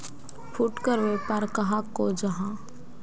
फुटकर व्यापार कहाक को जाहा?